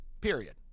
period